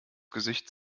gesicht